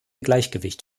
gleichgewicht